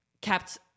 kept